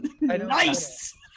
Nice